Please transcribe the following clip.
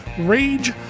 Rage